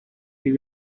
due